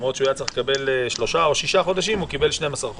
למרות שהוא היה צריך לקבל שלושה חודשים או שישה חודשים,